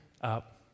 up